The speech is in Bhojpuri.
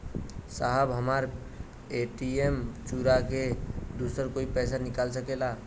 साहब हमार ए.टी.एम चूरा के दूसर कोई पैसा निकाल सकेला?